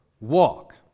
walk